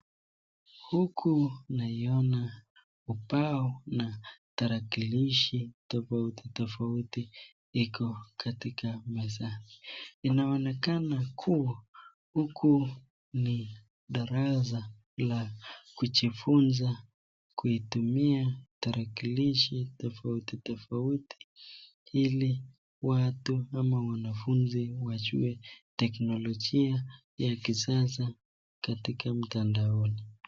Huku naiona ubao na tarakilishi tofauti tofauti iko katika meza inaonekana kuwa huku ni darasa la kujifunza kutumia tarakilishi tofauti tofauti ili watu ama wanafunzi waijue teknolojia ya kisasa katika mtandaoni.